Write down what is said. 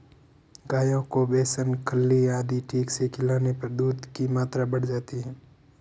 गायों को बेसन खल्ली आदि ठीक से खिलाने पर दूध की मात्रा बढ़ जाती है